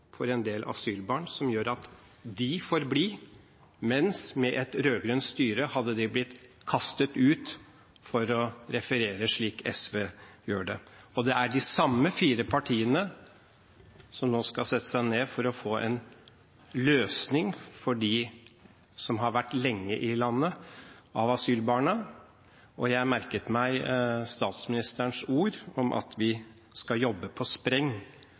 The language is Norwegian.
for en del asylbarn, som gjør at de får bli, mens de med et rød-grønt styre hadde blitt kastet ut, for å referere slik SV gjør det. Og det er de samme fire partiene som nå skal sette seg ned for å få til en løsning for de asylbarna som har vært lenge i landet. Jeg merket meg statsministerens ord om at «vi jobber på spreng»